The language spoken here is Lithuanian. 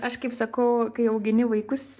aš kaip sakau kai augini vaikus